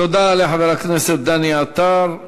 תודה לחבר הכנסת דני עטר.